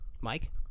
Mike